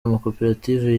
amakoperative